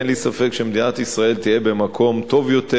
אין לי ספק שמדינת ישראל תהיה מקום טוב יותר,